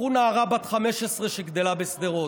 קחו נערה בת 15 שגדלה בשדרות.